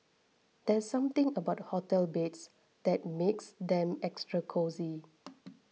there's something about hotel beds that makes them extra cosy